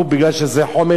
והוא מסוכן יותר,